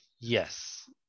Yes